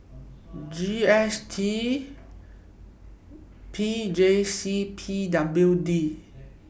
G S T P J C and P W D